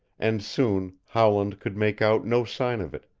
and soon howland could make out no sign of it,